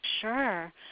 Sure